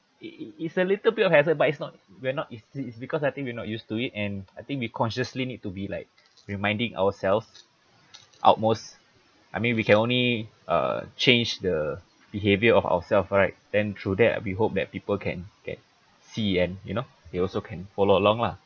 it it's a little bit of hassle but it's not we're not it's it's because I think we're not used to it and I think we consciously need to be like reminding ourselves at most I mean we can only uh change the behaviour of ourself right then through that we hope that people can can see and you know they also can follow along lah